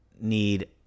need